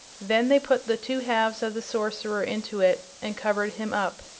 then they put the two halves of the sorcerer into it and covered him up.